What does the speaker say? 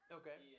okay